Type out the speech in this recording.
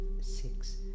six